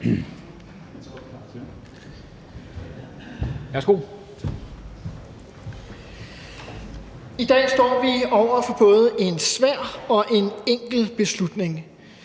I dag står vi over for både en svær og en enkel beslutning.